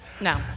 No